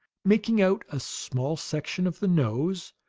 making out a small section of the nose,